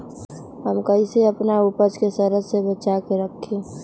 हम कईसे अपना उपज के सरद से बचा के रखी?